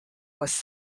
was